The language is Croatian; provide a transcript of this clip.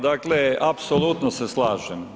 Dakle, apsolutno se slažem.